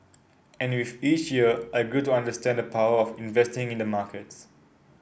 and with each year I grew to understand the power of investing in the markets